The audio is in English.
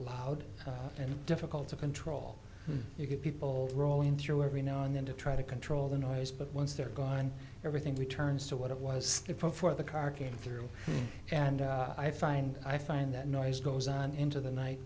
loud and difficult to control you get people rolling through every now and then to try to control the noise but once they're gone everything returns to what it was good for the car came through and i find i find that noise goes on into the night